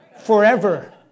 forever